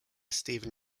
stephen